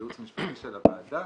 הייעוץ המשפטי של הוועדה,